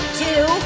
two